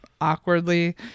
awkwardly